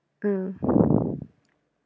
mm